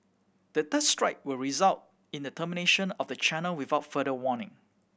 the third strike will result in the termination of the channel without further warning